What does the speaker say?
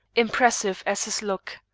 impressive as his look.